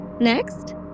Next